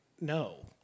no